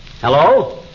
Hello